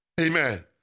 Amen